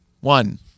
one